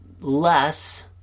less